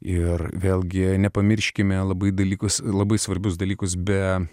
ir vėlgi nepamirškime labai dalykus labai svarbius dalykus be